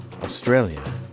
Australia